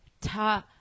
Ta-